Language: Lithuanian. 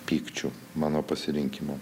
pykčių mano pasirinkimo